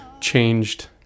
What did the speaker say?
changed